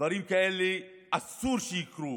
דברים כאלה אסור שיקרו.